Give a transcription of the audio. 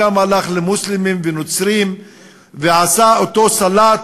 גם הלך למוסלמים ונוצרים ועשה אותו סלט